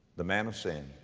the man of sin.